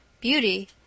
Beauty